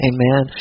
Amen